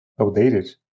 outdated